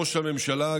ראש הממשלה,